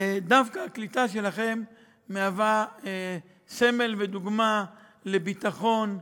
ודווקא הקליטה שלכם מהווה סמל ודוגמה לביטחון,